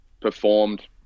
performed